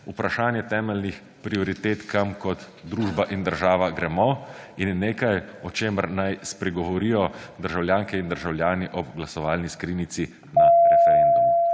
vprašanje temeljnih prioritet, kam kot družba in država gremo, in je nekaj, o čemer naj spregovorijo državljanke in državljani ob glasovalni skrinjici na referendumu.